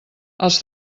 els